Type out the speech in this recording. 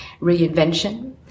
reinvention